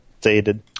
dated